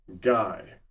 guy